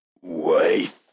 Wait